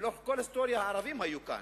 ולאורך כל ההיסטוריה הערבים היו כאן,